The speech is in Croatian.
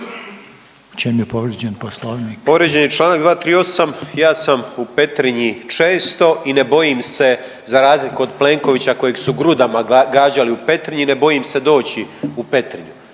da je povrijeđen Poslovnik.